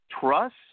trust